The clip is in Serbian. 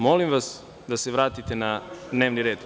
Molim vas da se vratite na dnevni red.